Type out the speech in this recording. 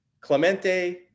Clemente